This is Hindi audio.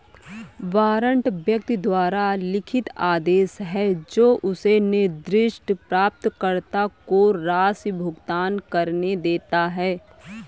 वारंट व्यक्ति द्वारा लिखित आदेश है जो उसे निर्दिष्ट प्राप्तकर्ता को राशि भुगतान करने देता है